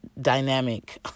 dynamic